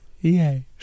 Yay